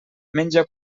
menja